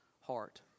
heart